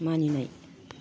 मानिनाय